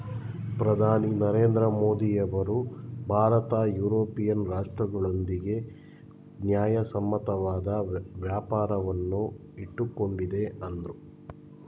ಪ್ರಧಾನಿ ನರೇಂದ್ರ ಮೋದಿಯವರು ಭಾರತ ಯುರೋಪಿಯನ್ ರಾಷ್ಟ್ರಗಳೊಂದಿಗೆ ನ್ಯಾಯಸಮ್ಮತವಾದ ವ್ಯಾಪಾರವನ್ನು ಇಟ್ಟುಕೊಂಡಿದೆ ಅಂದ್ರು